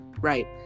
Right